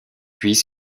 puis